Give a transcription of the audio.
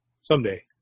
Someday